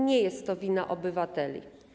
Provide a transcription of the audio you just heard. Nie jest to wina obywateli.